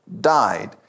died